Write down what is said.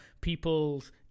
people's